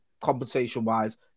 compensation-wise